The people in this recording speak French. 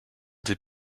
des